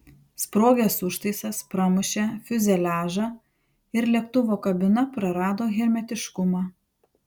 sprogęs užtaisas pramušė fiuzeliažą ir lėktuvo kabina prarado hermetiškumą